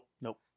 Nope